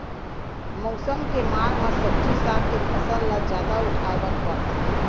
मउसम के मार म सब्जी साग के फसल ल जादा उठाए बर परथे